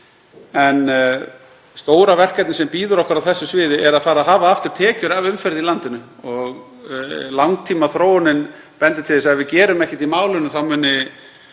En stóra verkefnið sem bíður okkar á þessu sviði er að hafa aftur tekjur af umferð í landinu og langtímaþróunin bendir til þess að ef við gerum ekkert í málinu muni